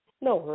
No